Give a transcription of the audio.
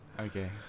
Okay